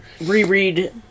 reread